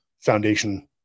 foundation